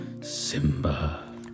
Simba